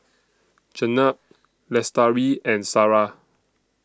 Jenab Lestari and Sarah